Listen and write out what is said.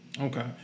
Okay